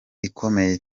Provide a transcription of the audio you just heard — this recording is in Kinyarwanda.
ikomeye